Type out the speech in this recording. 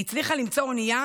היא הצליחה למצוא אונייה